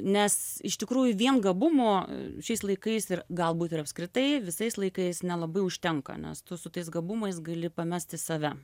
nes iš tikrųjų vien gabumų šiais laikais ir galbūt ir apskritai visais laikais nelabai užtenka nes tu su tais gabumais gali pamesti save